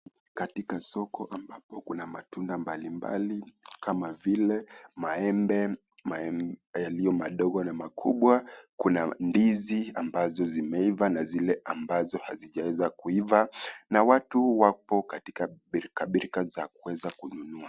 Katika soko ambalo kuna matunda mbali mbali kama vile maembe yaliyo madogo na makubwa, kuna ndizi ambazo zimeiva na zile ambazo hazijaweza kuiva na watu wako katika pilkapilka za kuweza kununua.